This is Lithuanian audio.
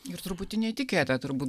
ir truputį netikėta turbūt